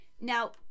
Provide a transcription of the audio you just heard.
Now